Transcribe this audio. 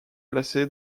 placé